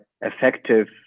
effective